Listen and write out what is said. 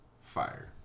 fire